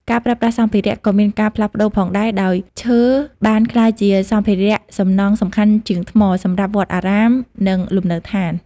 ការប្រើប្រាស់សម្ភារៈក៏មានការផ្លាស់ប្តូរផងដែរ ដោយឈើបានក្លាយជាសម្ភារៈសំណង់សំខាន់ជាងថ្ម សម្រាប់វត្តអារាម និងលំនៅឋាន។